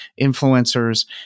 influencers